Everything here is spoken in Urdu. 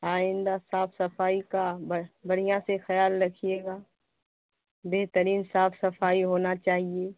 آئندہ صاف صفائی کا بس بڑھیاں سے خیال رکھیے گا بہترین صاف صفائی ہونا چاہیے